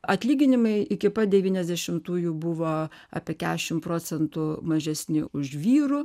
atlyginimai iki pat devyniasdešimtųjų buvo apie keturiasdešimt procentų mažesni už vyrų